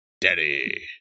Daddy